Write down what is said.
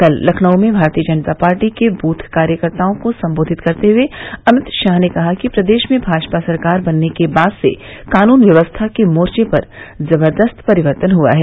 कल लखनऊ में भारतीय जनता पार्टी के बूथ कार्यकर्ताओं को संबोधित करते हए अमित शाह ने कहा कि प्रदेश में भाजपा सरकार बनने के बाद से कानून व्यवस्था के मोर्चे पर जबरदस्त परिवर्तन हुआ है